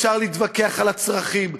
אפשר להתווכח על הצרכים,